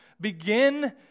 begin